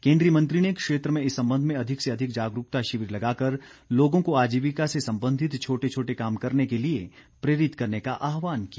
केन्द्रीय मंत्री ने क्षेत्र में इस संबंध में अधिक से अधिक जागरूकता शिविर लगाकर लोगों आजीविका से संबंधित छोटे छोटे काम करने के लिए प्रेरित करने का आहवान किया